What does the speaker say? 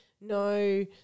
no